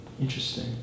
interesting